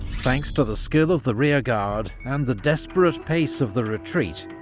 thanks to the skill of the rearguard, and the desperate pace of the retreat,